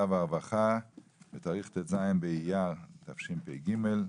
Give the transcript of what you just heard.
והרווחה בתאריך ט"ז באייר התשפ"ג,